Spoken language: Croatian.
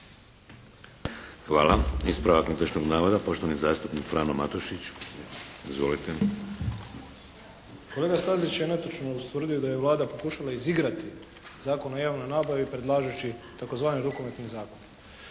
Hvala. Ispravak netočnog navoda, poštovani zastupnik Frano Matušić. Izvolite! **Matušić, Frano (HDZ)** Kolega Stazić je netočno ustvrdio da je Vlada pokušala izigrati Zakon o javnoj nabavi predlažući tzv. "rukometni zakon".